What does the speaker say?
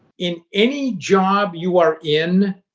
in any job you are in,